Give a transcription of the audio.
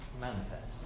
manifest